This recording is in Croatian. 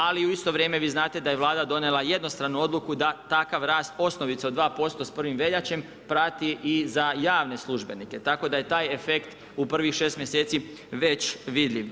Ali u isto vrijeme vi znate da je Vlada donijela jednostranu odluku da takav rast, osnovica od 2% s 1. veljače prati i za javne službenike tako da je taj efekt u prvih šest mjeseci već vidljiv.